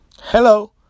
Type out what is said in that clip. Hello